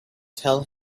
tell